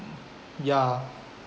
ya